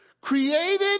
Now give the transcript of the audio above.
Created